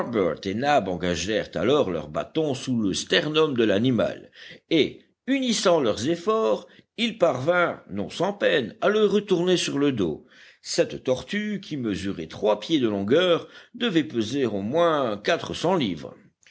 alors leurs bâtons sous le sternum de l'animal et unissant leurs efforts ils parvinrent non sans peine à le retourner sur le dos cette tortue qui mesurait trois pieds de longueur devait peser au moins quatre cents livres